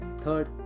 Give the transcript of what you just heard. Third